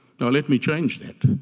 no, let me change that.